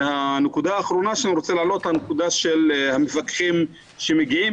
הנקודה האחרונה שאני רוצה להעלות היא הנקודה של המפקחים שמגיעים,